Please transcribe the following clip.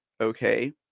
Okay